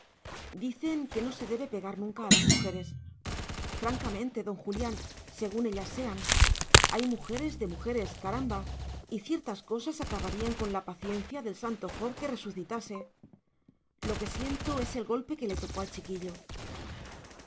dicen que no se debe pegar nunca a las mujeres francamente don julián según ellas sean hay mujeres de mujeres caramba y ciertas cosas acabarían con la paciencia del santo job que resucitase lo que siento es el golpe que le tocó al chiquillo